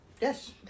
yes